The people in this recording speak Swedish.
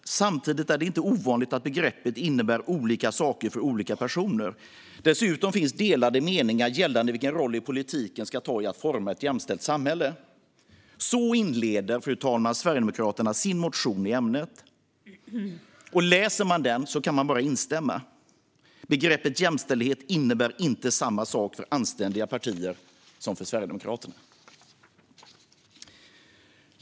Samtidigt är det inte ovanligt att begreppet innebär olika saker för olika personer. Dessutom finns delade meningar gällande vilken roll politiken ska ta i att forma ett jämställt samhälle." Så inleder, fru talman, Sverigedemokraterna sin motion i ämnet. Läser man den kan man bara instämma. Begreppet jämställdhet innebär inte samma sak för anständiga partier som för Sverigedemokraterna.